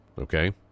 Okay